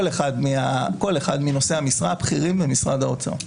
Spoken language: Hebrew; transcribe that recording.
אחד מנושאי המשרה הבכירים במשרד האוצר.